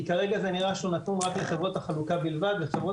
כי כרגע זה נראה שהוא נתון רק לחברות החלוקה בלבד וחברות